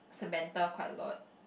Samantha quite a lot